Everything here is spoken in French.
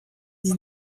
dix